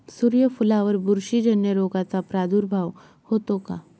सूर्यफुलावर बुरशीजन्य रोगाचा प्रादुर्भाव होतो का?